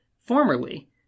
Formerly